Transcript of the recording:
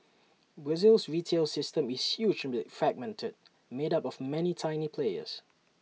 Brazil's retail system is hugely fragmented made up of many tiny players